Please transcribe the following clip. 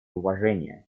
уважение